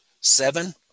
seven